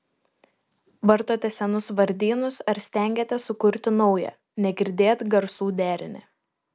vartote senus vardynus ar stengiatės sukurti naują negirdėt garsų derinį